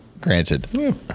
Granted